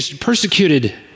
persecuted